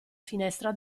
finestra